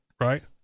right